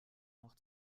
noch